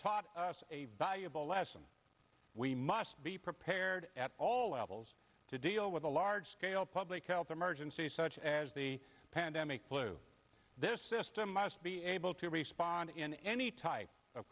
taught us a valuable lesson we must be prepared at all levels to deal with a large scale public health emergency such as the pandemic flu this system must be able to respond in any type of